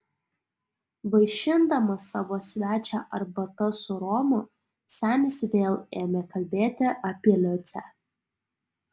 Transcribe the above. vaišindamas savo svečią arbata su romu senis vėl ėmė kalbėti apie liucę